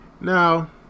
Now